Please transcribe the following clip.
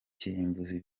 kirimbuzi